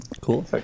Cool